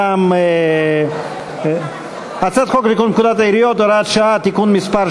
בל"ד, רע"ם-תע"ל-מד"ע וחד"ש לא התקבלה.